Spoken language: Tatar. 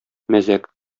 мәзәк